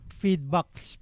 feedbacks